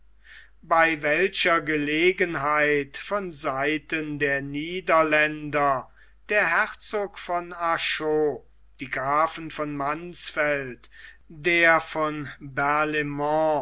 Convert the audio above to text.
bei welcher gelegenheit von seiten der niederländer der herzog von arschot die grafen von mansfeld der von